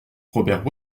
robert